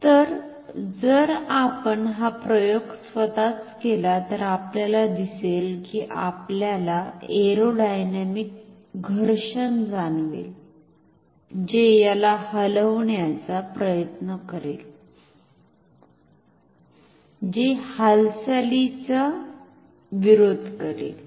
तर जर आपण हा प्रयोग स्वतःच केला तर आपल्याला दिसेल की आपल्याला एरोडायनामिक घर्षण जाणवेल जे याला हलविण्याचा प्रयत्न करेल जे हालचालीला विरोध करेल